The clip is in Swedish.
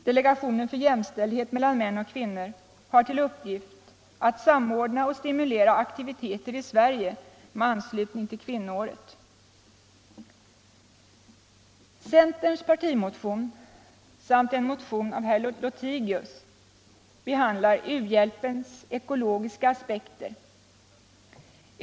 Delegationen för jämställdhet mellan män och kvinnor har till uppgift att samordna och stimulera aktiviteter i Sverige med anslutning till kvinnoåret. Centerns partimotion samt en motion av herr Lothigius behandlar uhjälpens ekologiska aspekter.